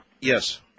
Yes